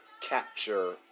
capture